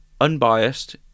unbiased